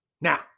Now